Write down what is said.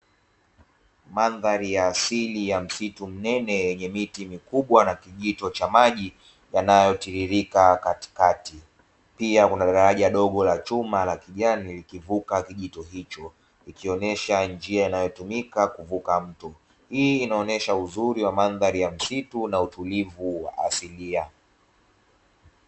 Mandhari ya asili ya msitu mnene yenye miti mikubwa na kijito cha maji yanayotiririka katikati, pia kuna daraja dogo la chuma la kijani likivuka kijito hicho, ikionyesha njia inayotumika kuvuka mto. Hii inaonyesha uzuri wa mandhari ya msitu na utulivu wa asilia.